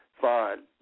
fine